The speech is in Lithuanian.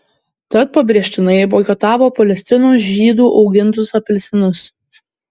tad pabrėžtinai boikotavo palestinos žydų augintus apelsinus